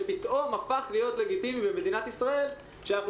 שפתאום הפך להיות לגיטימי במדינת ישראל שאנחנו